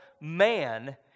man